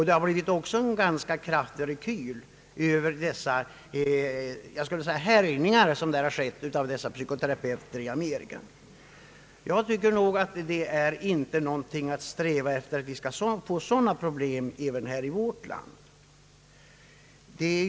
Det har också blivit en ganska kraftig reaktion mot dessa psykoterapeuters härjningar i Amerika. Jag tycker inte att vi bör sträva efter att få sådana problem här i Sverige.